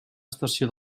estació